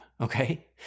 okay